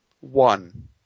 One